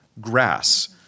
grass